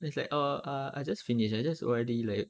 then I was like oh ah I just finished I just O_R_D like